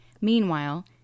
Meanwhile